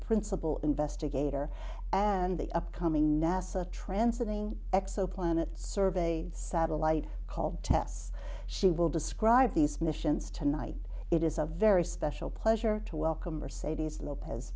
principal investigator and the upcoming nasa transitting exoplanet survey satellite called tess she will describe these missions tonight it is a very special pleasure to welcome her sadie's lopez